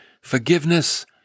forgiveness